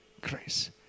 grace